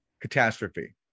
catastrophe